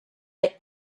i’ve